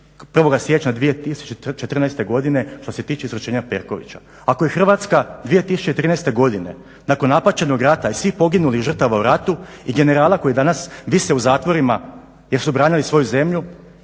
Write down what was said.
1. siječnja 2004. godine što se tiče izvršenja Perkovića, ako je Hrvatska 2013. godine nakon napaćenog rata i svih poginulih žrtava u ratu i generala koji danas vise u zatvorima jer su branili svoju zemlju